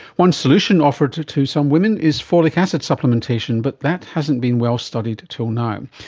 one solution offered to to some women is folic acid supplementation, but that hasn't been well studied until now.